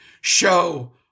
show